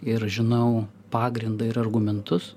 ir žinau pagrindą ir argumentus